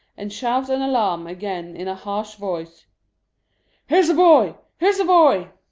and shout an alarm again in a harsh voice here's a boy! here's a boy!